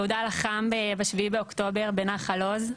יהודה לחם ב-7 באוקטובר בנחל עוז,